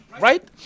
right